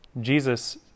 Jesus